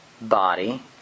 body